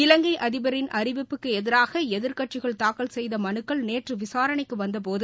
இவங்கை அதிபரின் அறிவிப்புக்கு எதிராக எதிர்க்கட்சிகள் தாக்கல் செய்த மனுக்கள் நேற்று விசாரணைக்கு வந்தபோது